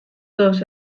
todos